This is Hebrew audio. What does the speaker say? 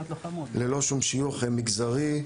ללא שום שיוך מגזרי,